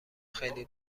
خیلی